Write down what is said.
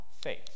faith